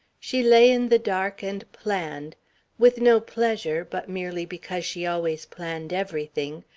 she lay in the dark and planned with no pleasure, but merely because she always planned everything,